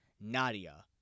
Nadia